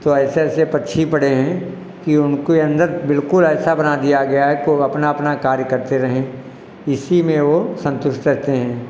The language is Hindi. तो ऐसे ऐसे पक्षी पड़े है कि उनके अंदर बिल्कुल ऐसा बना दिया गया है कि वह अपना अपना कार्य करते रहे इसी में वह संतुष्ट रहते हैं